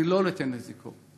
אני לא אתן לזה לקרות.